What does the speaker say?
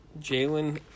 Jalen